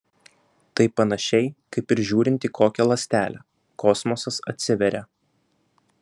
tai panašiai kaip ir žiūrint į kokią ląstelę kosmosas atsiveria